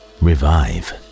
revive